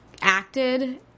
acted